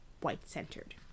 white-centered